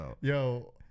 Yo